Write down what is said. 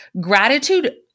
gratitude